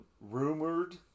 rumored